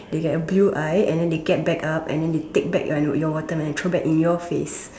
they get blue eye and then they get back up the and then they take back the watermelon and throw in your face